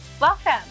welcome